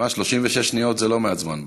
36 שניות זה לא מעט זמן בכנסת.